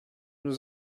nous